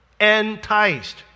Enticed